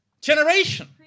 Generation